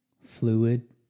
fluid